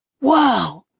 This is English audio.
whoa!